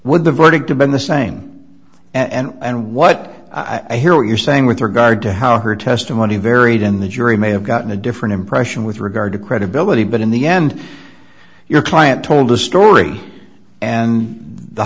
would the verdict of been the same and and what i hear you're saying with regard to how her testimony varied and the jury may have gotten a different impression with regard to credibility but in the end your client told a story and the